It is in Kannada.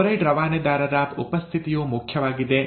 ಕ್ಲೋರೈಡ್ ರವಾನೆದಾರರ ಉಪಸ್ಥಿತಿಯು ಮುಖ್ಯವಾಗಿದೆ